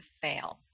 fail